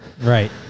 Right